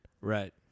Right